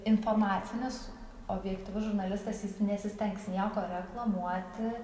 informacinis objektyvus žurnalistas jis nesistengs nieko reklamuoti